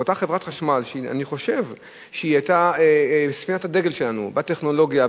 באותה חברת חשמל שאני חושב שהיא היתה ספינת הדגל שלנו בטכנולוגיה,